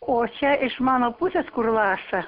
o čia iš mano pusės kur laša